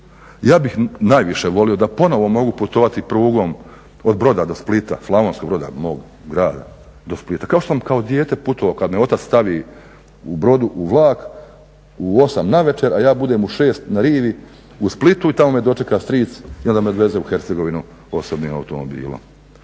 Ja bih najviše volio da ponovno mogu putovati prugom od Broda do Splita, Slavonskog Broda, mog grada do Splita kao što sam kao dijete putovao kada me otac stavi u Brodu u vlak u 8 navečer a ja budem u 6 na rivi u Splitu i tamo me dočeka stric i onda me odveze u Hercegovinu osobnim automobilom.